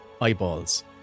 eyeballs